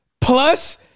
plus